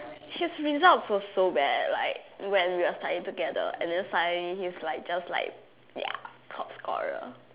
his results were so bad like when we were studying together and then suddenly he's like just like ya top scorer